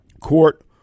court